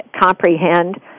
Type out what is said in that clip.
comprehend